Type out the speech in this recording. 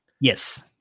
Yes